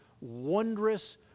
wondrous